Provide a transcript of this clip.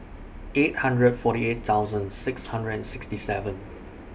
eight hundred forty eight thousand six hundred and sixty seven